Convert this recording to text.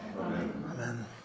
Amen